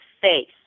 face